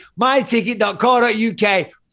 myticket.co.uk